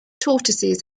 tortoises